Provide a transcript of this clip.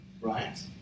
right